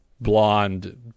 blonde